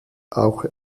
auch